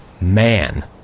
man